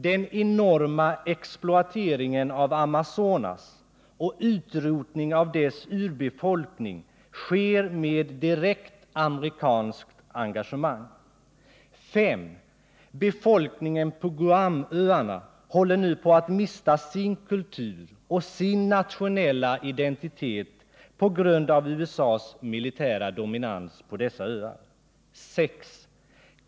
Den enorma exploateringen av Amazonas och utrotningen av dess urbefolkning sker med direkt amerikanskt engagemang. 5. Befolkningen på ön Guam håller nu på att mista sin kultur och sin nationella identitet på grund av USA:s militära dominans där. 6.